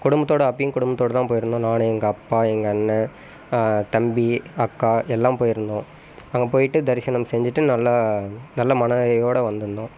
குடும்பத்தோடு அப்பவும் குடும்பத்தோடு தான் போயிருந்தோம் நான் எங்கள் அப்பா எங்கள் அண்ணன் தம்பி அக்கா எல்லாம் போயிருந்தோம் அங்கே போய்ட்டு தரிசனம் செஞ்சிட்டு நல்லா நல்ல மன நிறைவோடு வந்திருந்தோம்